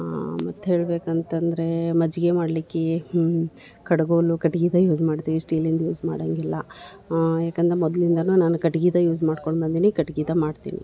ಮತ್ತು ಹೇಳ್ಬೇಕು ಅಂತ ಅಂದ್ರೆ ಮಜ್ಜಿಗೆ ಮಾಡ್ಲಿಕ್ಕೆ ಕಡುಗೋಲು ಕಟ್ಗೆದೆ ಯೂಸ್ ಮಾಡ್ತೀವಿ ಸ್ಟೀಲಿಂದು ಯೂಸ್ ಮಾಡೋಂಗಿಲ್ಲ ಯಾಕಂದ ಮೊದ್ಲಿಂದಲೂ ನಾನು ಕಟ್ಗೆದೆ ಯೂಸ್ ಮಾಡ್ಕೊಂಡು ಬಂದೀನಿ ಕಟ್ಗೆದೆ ಮಾಡ್ತೀನಿ